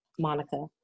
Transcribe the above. Monica